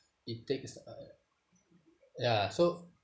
it takes uh ya so